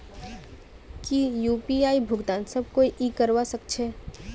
की यु.पी.आई भुगतान सब कोई ई करवा सकछै?